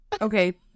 okay